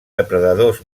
depredadors